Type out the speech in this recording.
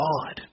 God